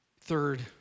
Third